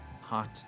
hot